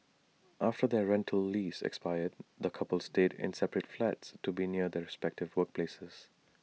after their rental lease expired the coupled stayed in separate flats to be near their respective workplaces